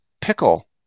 pickle